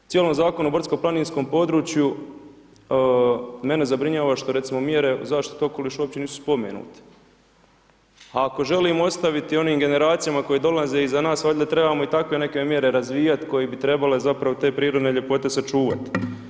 Cijelom Zakonu o brdsko-planinskom području, mene zabrinjava što recimo mjere o zaštiti okoliša uopće nisu spomenuti, ako želimo ostaviti onim generacijama koje dolaze iza nas valjda trebamo i takve neke mjere razvijat koje bi trebale zapravo te prirodne ljepote sačuvat.